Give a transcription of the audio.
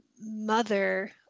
mother